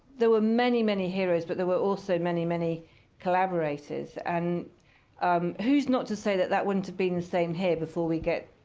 there were many, many heroes, but there were also many, many collaborators. and who's not to say that that wouldn't have been the same here, before we get